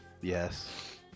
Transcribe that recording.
Yes